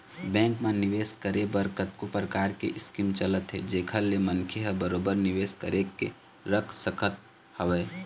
bank म निवेस करे बर कतको परकार के स्कीम चलत हे जेखर ले मनखे ह बरोबर निवेश करके रख सकत हवय